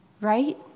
Right